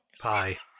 Pie